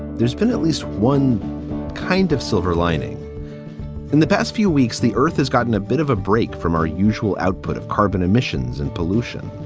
there's been at least one kind of silver lining in the past few weeks. the earth has gotten a bit of a break from our usual output of carbon emissions and pollution.